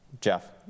Jeff